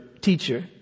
teacher